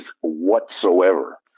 whatsoever